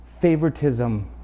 favoritism